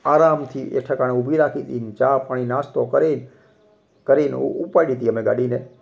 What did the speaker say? આરામથી એક ઠેકાણે ઊભી રાખીને ચા પાણી નાસ્તો કરી કરીને ઉપાડી હતી અમે ગાડીને